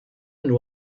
and